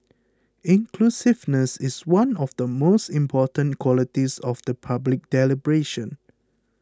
inclusiveness is one of the most important qualities of the public deliberation